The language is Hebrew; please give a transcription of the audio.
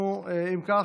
אם כך,